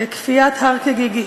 ככפיית הר כגיגית.